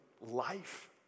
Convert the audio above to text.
life